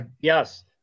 yes